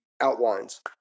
outlines